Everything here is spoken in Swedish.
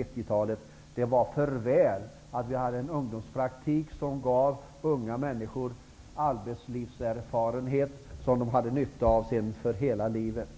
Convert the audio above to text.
att säga att det var för väl att vi hade en ungdomspraktik som gav unga människor arbetslivserfarenhet, som de sedan skulle ha nytta av för hela livet.